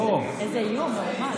איזה איום מרומז.